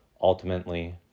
Ultimately